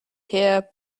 here